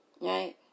Right